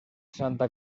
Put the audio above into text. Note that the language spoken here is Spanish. santa